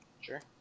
Sure